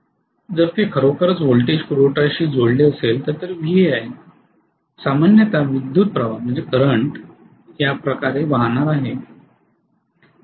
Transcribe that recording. जर ते खरोखर व्होल्टेज पुरवठ्याशी जोडलेले असेल जे Va आहे सामान्यत विद्युत् प्रवाह करंट याप्रकारे वाहणार आहे